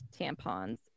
tampons